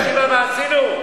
מה עשינו?